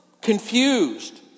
Confused